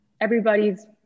everybody's